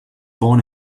born